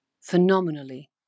phenomenally